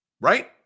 Right